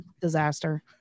disaster